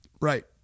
Right